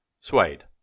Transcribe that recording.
Suede